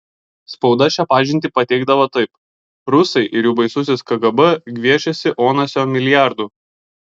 spauda šią pažintį pateikdavo taip rusai ir jų baisusis kgb gviešiasi onasio milijardų